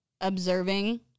observing